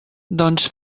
doncs